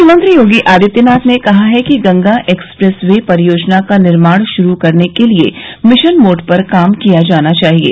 मुख्यमंत्री योगी आदित्यनाथ ने कहा है कि गंगा एक्सप्रेस वे परियोजना का निर्माण शरू करने के लिये मिशन मोड पर काम किया जाना चाहिये